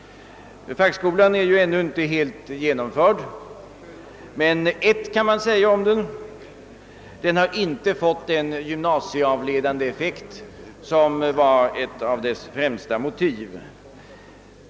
Fackskolan är ju ännu inte helt genomförd, men ett kan man säga om den: Den har inte fått den gymnasieavledande effekt som var ett av dess främsta motiv.